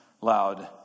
loud